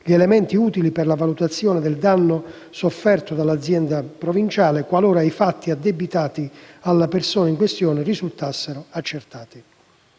gli elementi utili per la valutazione del danno sofferto dall'azienda provinciale, qualora i fatti addebitati alla persona in questione risultassero accertati.